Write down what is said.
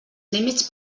límits